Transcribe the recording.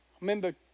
remember